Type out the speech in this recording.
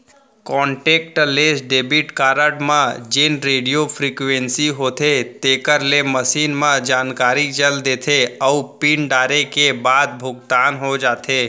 contactless debit card म जेन radio frequency होथे तेकर ले मसीन म जानकारी चल देथे अउ पिन डारे के बाद भुगतान हो जाथे